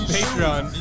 Patreon